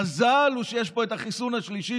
המזל הוא שיש פה את החיסון השלישי,